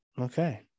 Okay